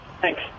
Thanks